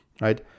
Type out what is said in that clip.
right